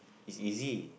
it's easy